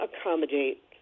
accommodate